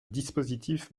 dispositif